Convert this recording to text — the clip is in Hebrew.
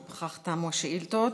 בכך תמו השאילתות